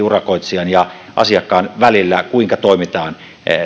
urakoitsijan ja asiakkaan välillä kuinka toimitaan